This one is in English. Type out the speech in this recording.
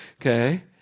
Okay